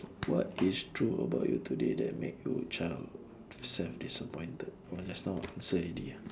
what is true about you today that make your child self disappointed that one just now answer already ah